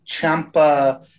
Champa